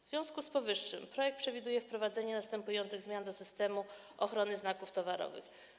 W związku z powyższym projekt przewiduje wprowadzenie następujących zmian do systemu ochrony znaków towarowych.